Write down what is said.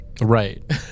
right